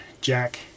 jack